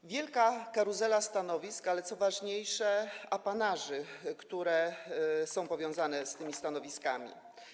To wielka karuzela stanowisk, ale co ważniejsze, apanaży, które są powiązane z tymi stanowiskami.